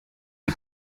wie